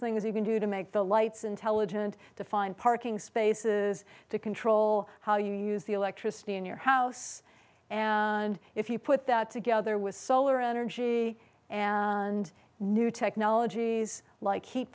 things you can do to make the lights intelligent to find parking spaces to control how you use the electricity in your house and if you put that together with solar energy and new technologies like